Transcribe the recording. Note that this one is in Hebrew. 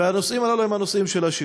והנושאים האלה הם הנושאים של השיכון.